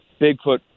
Bigfoot